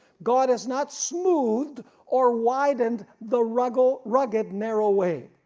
god is not smooth or widened the rugged rugged narrow way,